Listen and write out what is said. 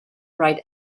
right